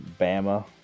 Bama